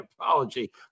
apology